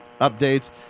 updates